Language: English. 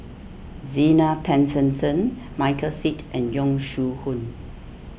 Zena Tessensohn Michael Seet and Yong Shu Hoong